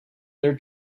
their